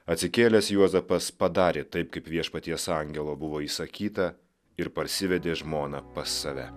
atsikėlęs juozapas padarė taip kaip viešpaties angelo buvo įsakyta ir parsivedė žmoną pas save